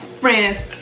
Friends